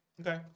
Okay